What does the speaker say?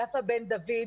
יפה בן דוד,